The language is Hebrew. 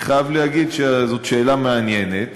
אני חייב להגיד שזאת שאלה מעניינת,